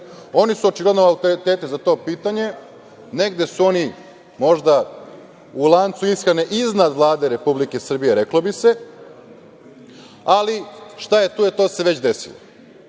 Oni su očigledno autoritet za to pitanje, negde su oni možda u lancu ishrane iznad Vlade Republike Srbije, reklo bi se, ali šta je tu je, to se već desilo. Šta